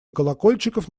колокольчиков